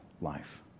life